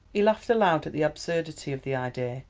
he laughed aloud at the absurdity of the idea,